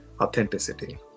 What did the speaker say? authenticity